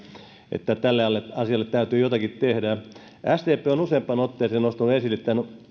että tälle asialle täytyy jotakin tehdä sdp on useampaan otteeseen nostanut esille